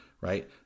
right